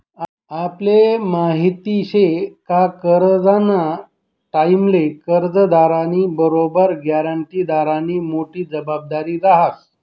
आपले माहिती शे का करजंना टाईमले कर्जदारनी बरोबर ग्यारंटीदारनी मोठी जबाबदारी रहास